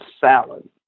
salad